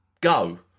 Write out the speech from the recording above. go